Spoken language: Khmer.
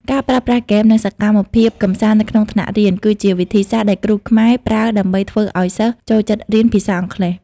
ការប្រើប្រាស់ហ្គេម និងសកម្មភាពកម្សាន្តនៅក្នុងថ្នាក់រៀន គឺជាវិធីសាស្ត្រដែលគ្រូខ្មែរប្រើដើម្បីធ្វើឱ្យសិស្សចូលចិត្តរៀនភាសាអង់គ្លេស។